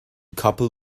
capall